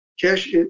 cash